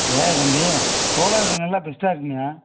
ஏன் தம்பி சோலார் நல்லா பெஸ்ட்டாக இருக்குமேயா